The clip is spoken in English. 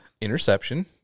Interception